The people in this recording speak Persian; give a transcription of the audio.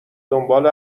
دنبال